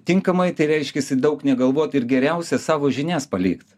tinkamai tai reiškiasi daug negalvot ir geriausia savo žinias palikt